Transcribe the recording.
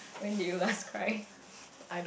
when did you last cry